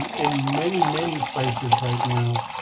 in many, many places right now,